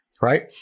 Right